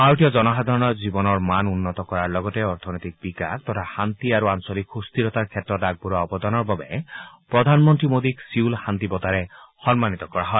ভাৰতীয় জনসাধাৰণৰ জীৱনৰ মান উন্নত কৰাৰ লগতে অৰ্থনৈতিক বিকাশ তথা শান্তি আৰু আঞ্চলিক সুস্থিৰতা স্থাপনৰ ক্ষেত্ৰত আগবঢ়োৱা অৱদানৰ বাবে প্ৰধানমন্ত্ৰী মোদীক ছিউল শান্তি বঁটাৰে সন্মানিত কৰা হয়